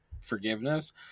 forgiveness